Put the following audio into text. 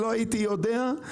ואני אתן לכם שתי דוגמאות.